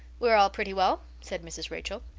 we're all pretty well, said mrs. rachel.